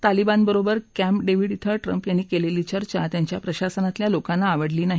तालिबान बरोबर क्ष्मि डेविड इथं ट्रम्प यांनी केलेली चर्चा त्यांच्या प्रशासनातल्या लोकांना आवडली नाही